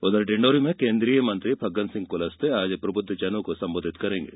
उधर डिण्डोरी में केन्द्रीय मंत्री फग्गनसिंह कुलस्ते आज प्रबुद्धजनों को संबोधित करेंगे